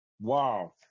Wow